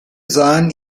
sahen